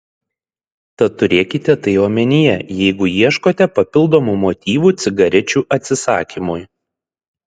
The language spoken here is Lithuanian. tad turėkite tai omenyje jeigu ieškote papildomų motyvų cigarečių atsisakymui